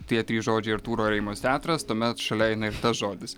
tie trys žodžiai artūro areimos teatras tuomet šalia eina ir tas žodis